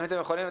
אם אתם יכולים,